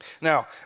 Now